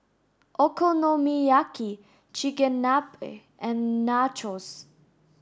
Okonomiyaki Chigenabe and Nachos